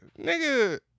nigga